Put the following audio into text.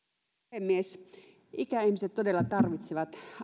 puhemies ikäihmiset todella tarvitsevat